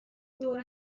دور